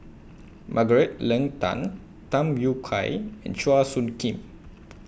Margaret Leng Tan Tham Yui Kai and Chua Soo Khim